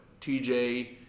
TJ